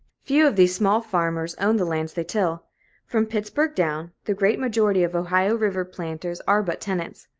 few of these small farmers own the lands they till from pittsburg down, the great majority of ohio river planters are but tenants.